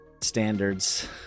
standards